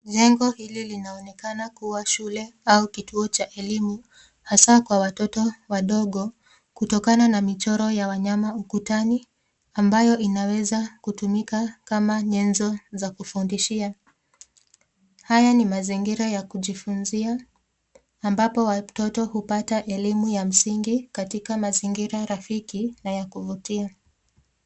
Jengo hli linaonekana kuwa shule au kituo cha elimu hawa kwa watoto wadogo kutokana na michoro ya wanyama ukutani ambayo inaweza kutumika kama nyenzo za kufundishia. Haya ni mazingira ya kujifunzia. Ambapo watoto hupata elimu ya msingi katika mazingira rafiki ya kuvutia.